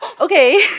okay